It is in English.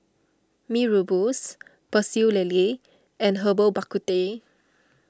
Mee Rebus Pecel Lele and Lerbal Bak Ku Teh